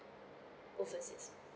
overseas